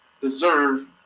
deserve